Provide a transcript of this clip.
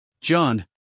John